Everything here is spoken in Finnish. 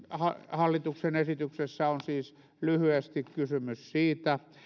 hallituksen esityksessä on siis lyhyesti kysymys siitä